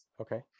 Okay